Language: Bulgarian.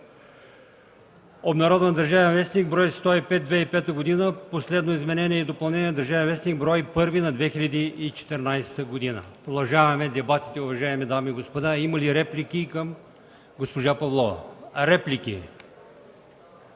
обнародван в „Държавен вестник”, бр. 105 от 2005 г., последно изменение и допълнение в „Държавен вестник”, бр. 1 от 2014 г. Продължаваме дебатите, уважаеми дами и господа. Има ли реплики към госпожа Павлова? Няма.